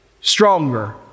stronger